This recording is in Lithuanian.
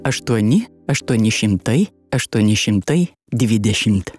aštuoni aštuoni šimtai aštuoni šimtai dvidešimt